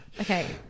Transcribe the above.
Okay